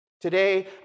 Today